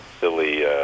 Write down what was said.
silly